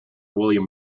william